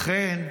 לכן,